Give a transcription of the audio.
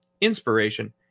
inspiration